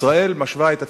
ישראל משווה את עצמה,